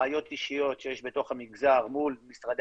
בעיות אישיות שיש בתוך המגזר מול משרדי